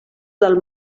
del